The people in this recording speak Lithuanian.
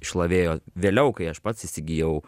išlavėjo vėliau kai aš pats įsigijau